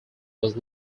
was